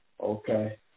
Okay